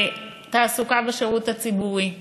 התעסוקה בשירות הציבורי.